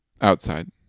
outside